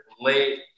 Late